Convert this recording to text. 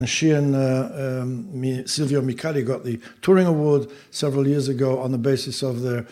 ‫היא וסילביאו מיקאלי ‫קיבלו את פרס טורינג ‫לפני כמה שנים על בסיס